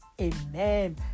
Amen